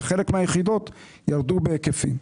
וחלק מהיחידות ירדו בהיקפים.